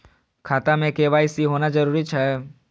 खाता में के.वाई.सी होना जरूरी छै?